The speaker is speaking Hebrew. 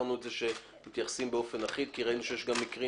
פתרנו את זה כך שמתייחסים באופן אחיד כי ראינו שיש גם מקרים